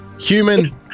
Human